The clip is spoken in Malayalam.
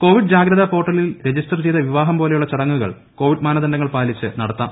കോവിഡ് ജാഗ്രതാ പോർട്ടലിൽ രജിസ്റ്റർ ചെയ്ത വിവാഹം പോലുള്ള ചടങ്ങുകൾ കോവിഡ് മാനദണ്ഡങ്ങൾ പാലിച്ച് നടത്താം